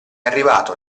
arrivato